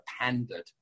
pandered